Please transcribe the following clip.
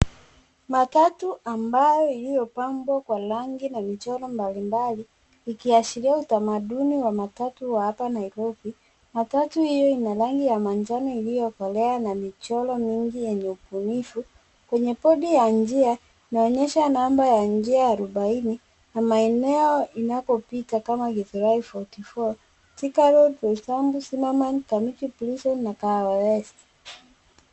Matatu ambayo iliopangwa kwa rangi na michoro mbali mbali ikiashiria uthamaduni wa matatu wa hapa Nairobi. Matatu hio ina rangi ya manjano iliokolea na michoro mingi yenye ubinifu. Kwenye bodi ya njia inaonyesha namba ya njia arubaini na maeneo inapo pita kama Githuria 44, Thika Road, Roysambu, Simaman, Kamiti preson na Kahawa west.